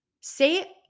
Say